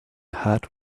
hat